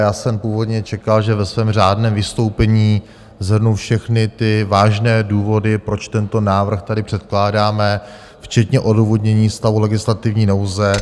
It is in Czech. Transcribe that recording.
Já jsem původně čekal, že ve svém řádném vystoupení shrnu všechny ty vážné důvody, proč tento návrh tady předkládáme, včetně odůvodnění stavu legislativní nouze.